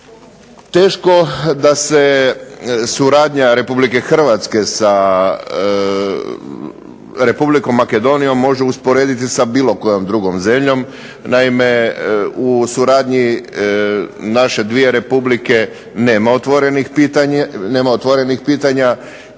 Teško da se suradnja Republike Hrvatske sa Republikom Makedonijom može usporediti sa bilo kojom drugom zemljom, naime u suradnji naše dvije republike nema otvorenih pitanja,